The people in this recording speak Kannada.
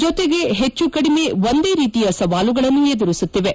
ಜೊತೆಗೆ ಹೆಚ್ಚು ಕಡಿಮೆ ಒಂದೇ ರೀತಿಯ ಸವಾಲುಗಳನ್ನು ಎದುರಿಸುತ್ತಿವೆ